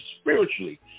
spiritually